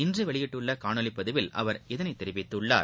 இன்று வெளியிட்டுள்ள காணொலி பதிவில் அவர் இதனை தெரிவித்துள்ளார்